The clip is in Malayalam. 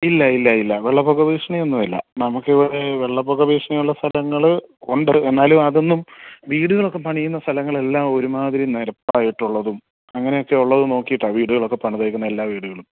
ഇല്ല ഇല്ല ഇല്ല വെള്ളപ്പൊക്കഭീഷണി ഒന്നുമില്ല നമുക്കിവിടെ വെള്ളപ്പൊക്ക ഭീഷണി ഉള്ള സ്ഥലങ്ങൾ ഉണ്ട് എന്നാലും അതൊന്നും വീടുകളൊക്കെ പണിയുന്ന സ്ഥലങ്ങളെല്ലാം ഒരുമാതിരി നിരപ്പായിട്ടുള്ളതും അങ്ങനെ ഒക്കെ ഉള്ളത് നോക്കിയിട്ടാണ് വീടുകളൊക്കെ പണിതേക്കുന്നത് എല്ലാ വീടുകളും